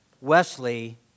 Wesley